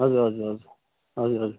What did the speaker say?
हजुर हजुर हजुर हजुर हजुर